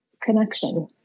connection